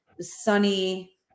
sunny